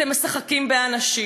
אתם משחקים באנשים.